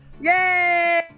Yay